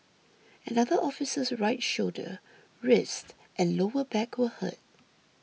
another officer's right shoulder wrist and lower back were hurt